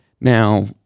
Now